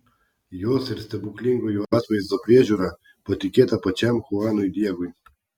jos ir stebuklingojo atvaizdo priežiūra patikėta pačiam chuanui diegui